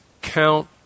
count